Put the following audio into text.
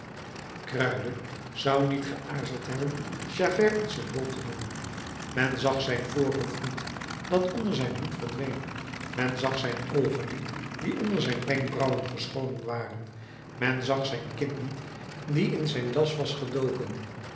kruidde zou niet geaarzeld hebben javert een symbool te noemen men zag zijn voorhoofd niet dat onder zijn hoed verdween men zag zijn oogen niet die onder zijn wenkbrauwen verscholen waren men zag zijn kin niet die in zijn das was gedoken